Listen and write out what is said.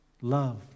love